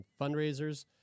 fundraisers